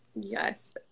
Yes